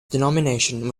denomination